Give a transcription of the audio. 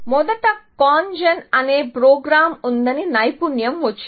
మొదట CONGEN అనే programme ఉందని నైపుణ్యం వచ్చింది